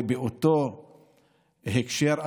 ובאותו הקשר,